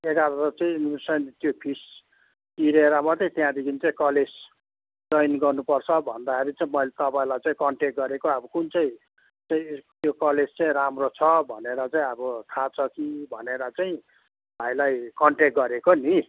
एघार चाहिँ एडमिसन त्यो फिस तिरेर मात्रै त्यहाँदेखि चाहिँ कलेज जोइन गर्नुपर्छ भन्दाखेरि चाहिँ मैले तपाईँलाई चाहिँ कन्ट्याक्ट गरेको अब कुन चाहिँ चाहिँ त्यो कलेज चाहिँ राम्रो छ भनेर चाहिँ अब थाहा छ कि भनेर चाहिँ भाइलाई कन्ट्याक्ट गरेको नि